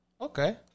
Okay